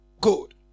Good